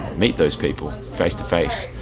meet those people face to face.